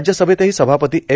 राज्यसभेतही सभापती एम